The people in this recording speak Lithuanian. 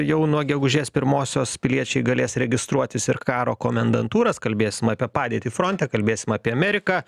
jau nuo gegužės pirmosios piliečiai galės registruotis ir karo komendantūras kalbėsim apie padėtį fronte kalbėsim apie ameriką